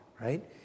right